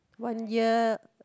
one year